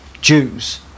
Jews